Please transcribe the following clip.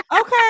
Okay